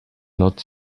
not